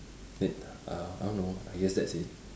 eh uh I don't know I guess that's it